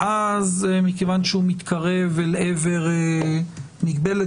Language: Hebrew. ואז מכיוון שהוא מתקרב אל עבר מגבלת